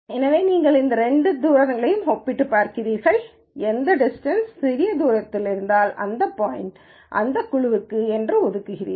எனவே நீங்கள் இந்த இரண்டு தூரங்களையும் ஒப்பிட்டுப் பார்க்கிறீர்கள் எந்த டிஸ்டன்ஸ் சிறிய தூரத்தில் இருந்தாலும் அந்த பாய்ன்ட்யை அந்தக் குழுவிற்கு நீங்கள் ஒதுக்குகிறீர்கள்